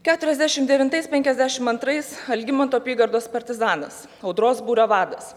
keturiasdešim devintais penkiasdešim antrais algimanto apygardos partizanas audros būrio vadas